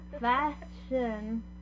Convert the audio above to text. Fashion